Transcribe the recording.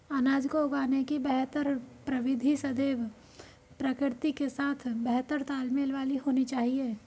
अनाज को उगाने की बेहतर प्रविधि सदैव प्रकृति के साथ बेहतर तालमेल वाली होनी चाहिए